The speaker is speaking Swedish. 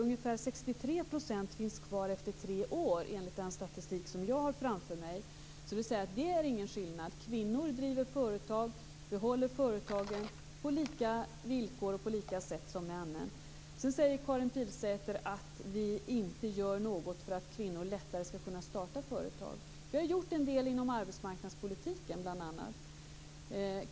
Ungefär 63 % finns kvar efter tre år enligt den statistik jag har framför mig. Det finns ingen skillnad. Kvinnor driver företag och behåller företagen på lika villkor och på samma sätt som männen. Karin Pilsäter säger att vi inte gör något för att kvinnor lättare skall kunna starta företag. Vi har gjort en hel del bl.a. inom arbetsmarknadspolitiken.